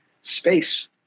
space